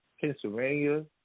Pennsylvania